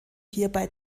hierbei